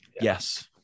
yes